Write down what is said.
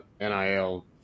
NIL